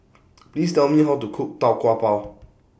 Please Tell Me How to Cook Tau Kwa Pau